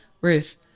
Ruth